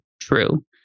true